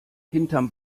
hinterm